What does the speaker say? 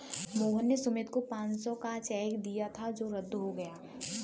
मोहन ने सुमित को पाँच सौ का चेक दिया था जो रद्द हो गया